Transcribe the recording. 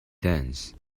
dance